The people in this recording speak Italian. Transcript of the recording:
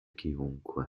chiunque